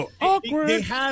Awkward